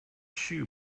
shoe